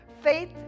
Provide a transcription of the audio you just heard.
faith